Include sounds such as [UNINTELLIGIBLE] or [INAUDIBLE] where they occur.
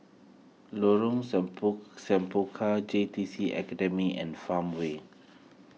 Lorong [UNINTELLIGIBLE] Semangka J T C Academy and Farmway